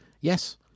yes